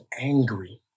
angry